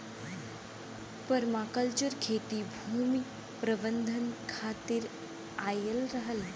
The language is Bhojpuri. पर्माकल्चर खेती भूमि प्रबंधन खातिर आयल रहल